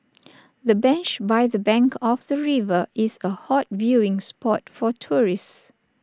the bench by the bank of the river is A hot viewing spot for tourists